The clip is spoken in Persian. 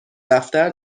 دفتر